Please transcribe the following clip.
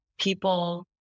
people